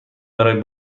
برای